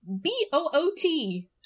B-O-O-T